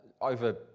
over